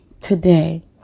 today